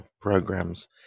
programs